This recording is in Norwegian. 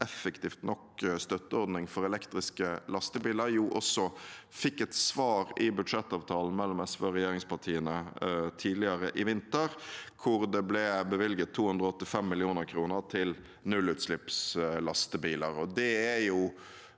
effektiv nok støtteordning for elektriske lastebiler, fikk et svar i budsjettavtalen mellom SV og regjeringspartiene tidligere i vinter, hvor det ble bevilget 285 mill. kr til nullutslippslastebiler. Det er en